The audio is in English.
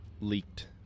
leaked